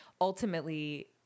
ultimately